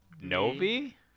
Novi